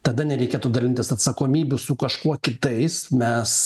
tada nereikėtų dalintis atsakomybių su kažkuo kitais mes